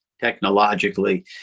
technologically